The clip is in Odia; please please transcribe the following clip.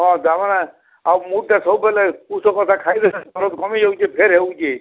ହଁ ତା'ର୍ମାନେ ଆଉ ମୁଡ଼୍ ଟା ସବୁବେଲେ ଉଷୋପଟା ଖାଇଦେଲେ କମି ଯାଉଛେ ଫେର୍ ହେଉଛେ